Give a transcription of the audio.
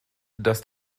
dass